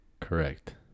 Correct